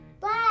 black